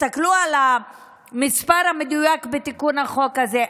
תסתכלו על המספר המדויק בתיקון החוק הזה,